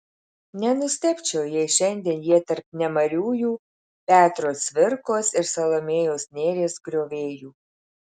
nenustebčiau jei šiandien jie tarp nemariųjų petro cvirkos ir salomėjos nėries griovėjų